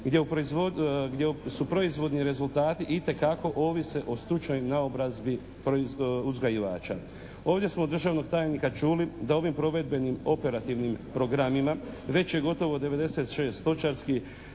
gdje su proizvodni rezultati itekako ovise o stručnoj naobrazbi uzgajivača. Ovdje smo od državnog tajnika čuli da ovim provedbenim operativnim programima već je gotovo 96 stočarskih,